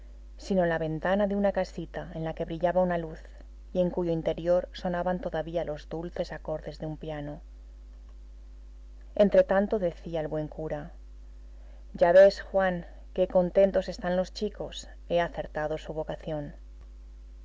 sino en la ventana de una casita en la que brillaba una luz y en cuyo interior sonaban todavía los dulces acordes de un piano entretanto decía el buen cura ya ves juan qué contentos están los chicos he acertado su vocación no